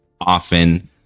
often